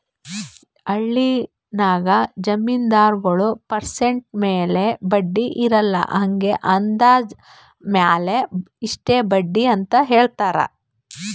ಹಳ್ಳಿನಾಗ್ ಜಮೀನ್ದಾರಗೊಳ್ ಪರ್ಸೆಂಟ್ ಮ್ಯಾಲ ಬಡ್ಡಿ ಇರಲ್ಲಾ ಹಂಗೆ ಅಂದಾಜ್ ಮ್ಯಾಲ ಇಷ್ಟ ಬಡ್ಡಿ ಅಂತ್ ಹೇಳ್ತಾರ್